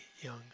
young